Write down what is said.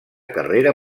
carrera